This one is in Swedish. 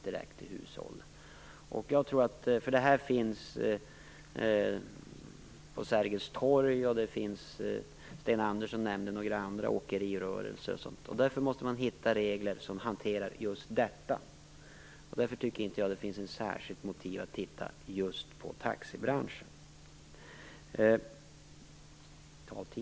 Detta finns på Sergels torg, och Sten Andersson nämnde några andra åkerirörelser. Därför måste man hitta regler som gör att man kan hantera just detta. Därför tycker inte jag att det finns något särskilt motiv att se över just taxibranschen.